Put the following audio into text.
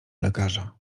lekarza